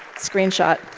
screenshot.